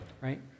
right